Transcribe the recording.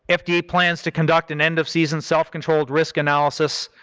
ah fda plans to conduct an end of season self-controlled risk analysis,